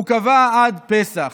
הוא קבע עד פסח,